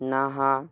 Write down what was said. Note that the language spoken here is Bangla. নাহা